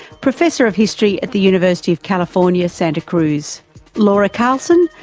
professor of history at the university of california santa cruz laura carlsen,